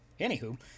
Anywho